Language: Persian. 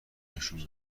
نشونش